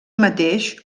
mateix